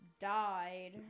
died